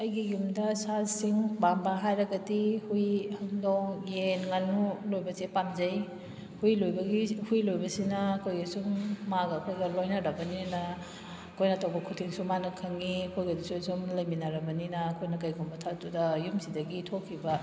ꯑꯩꯒꯤ ꯌꯨꯝꯗ ꯁꯥꯁꯤꯡ ꯄꯥꯝꯕ ꯍꯥꯏꯔꯒꯗꯤ ꯍꯨꯏ ꯍꯧꯗꯣꯡ ꯌꯦꯟ ꯉꯥꯅꯨ ꯂꯣꯏꯕꯁꯤ ꯄꯥꯝꯖꯩ ꯍꯨꯏ ꯂꯣꯏꯕꯒꯤ ꯂꯣꯏꯕꯁꯤꯅ ꯑꯩꯈꯣꯏꯒꯤ ꯁꯨꯝ ꯃꯥꯒ ꯑꯩꯈꯣꯏꯒ ꯂꯣꯏꯅꯔꯕꯅꯤꯅ ꯑꯩꯈꯣꯏꯅ ꯇꯧꯕ ꯈꯨꯗꯤꯡꯁꯨ ꯃꯥꯅ ꯈꯪꯏ ꯑꯩꯈꯣꯏꯒꯁꯨ ꯁꯨꯝ ꯂꯩꯃꯤꯟꯅꯔꯕꯅꯤꯅ ꯑꯩꯈꯣꯏꯅ ꯀꯩꯒꯨꯝꯕ ꯌꯨꯝꯁꯤꯗꯒꯤ ꯊꯣꯛꯈꯤꯕ